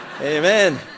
Amen